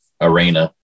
arena